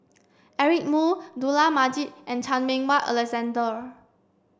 Eric Moo Dollah Majid and Chan Meng Wah Alexander